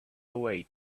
away